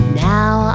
now